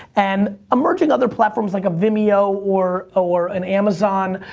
and emerging other platforms like a vimeo or or an amazon,